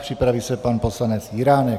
Připraví se pan poslanec Jiránek.